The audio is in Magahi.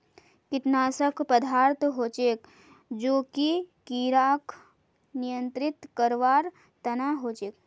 कीटनाशक पदार्थ हछेक जो कि किड़ाक नियंत्रित करवार तना हछेक